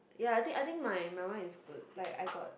ya ya I think my one is good like I got